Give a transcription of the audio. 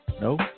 No